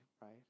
right